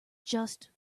just